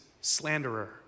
slanderer